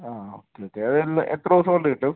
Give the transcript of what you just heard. ആ ആ okay okay അത് നല്ല എത്ര ദിവസം കൊണ്ട് കിട്ടും